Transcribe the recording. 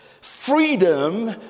freedom